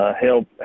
Help